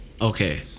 Okay